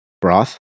broth